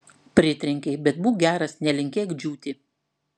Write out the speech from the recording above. pritrenkei bet būk geras nelinkėk džiūti